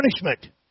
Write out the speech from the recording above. punishment